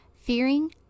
Fearing